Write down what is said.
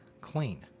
clean